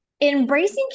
Embracing